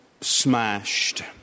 smashed